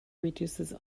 reduces